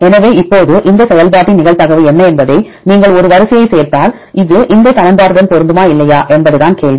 எனவே இப்போது இந்த செயல்பாட்டின் நிகழ்தகவு என்ன என்பதை நீங்கள் ஒரு வரிசையைச் சேர்த்தால் இது இந்த சமன்பாட்டுடன் பொருந்துமா இல்லையா என்பதுதான் கேள்வி